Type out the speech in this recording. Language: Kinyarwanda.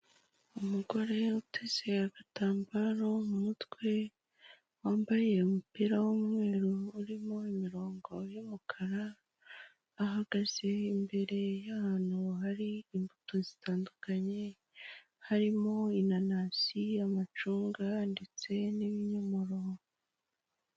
Umugore uteze agatambaro mu mutwe, wambaye umupira w'umweru urimo imirongo y'umukara, ahagaze imbere y'ahantu hari imbuto zitandukanye, harimo, inanasi, amacunga ndetse n'ibinyomoro.